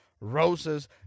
Roses